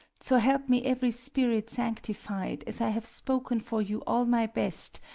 so help me every spirit sanctified, as i have spoken for you all my best,